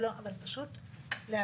אבל פשוט להבין